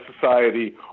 society